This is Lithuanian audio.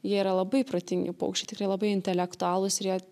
jie yra labai protingi paukščiai tikrai labai intelektualūs ir jie